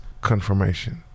confirmation